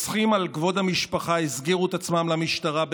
רוצחים על כבוד המשפחה הסגירו את עצמם למשטרה,